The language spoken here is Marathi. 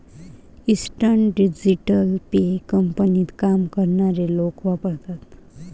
इन्स्टंट डिजिटल पे कंपनीत काम करणारे लोक वापरतात